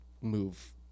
move